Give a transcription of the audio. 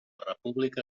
república